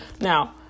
Now